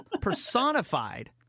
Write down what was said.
personified